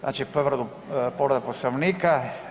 Znači povreda Poslovnika.